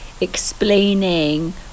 explaining